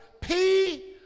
P-